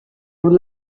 non